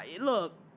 look